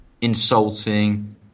insulting